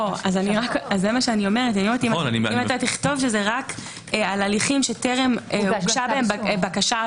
אם תכתוב שזה רק על הליכים שטרם הוגשה בהם בקשת